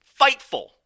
Fightful